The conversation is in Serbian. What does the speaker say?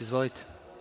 Izvolite.